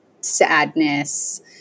sadness